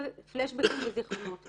פלאשבקים וזיכרונות.